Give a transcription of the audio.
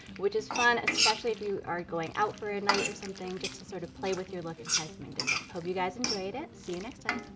which is fun especially if you are going out for a night or something, just to sort of play with your look and try something different. hope you guys enjoyed it. see you next time.